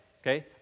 Okay